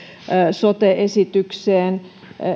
sote esitykseen